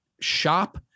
shop